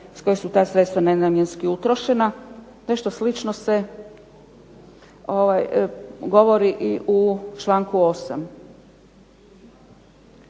s kojih su ta sredstva nenamjenski utrošena. Nešto slično se govori i u članku 8.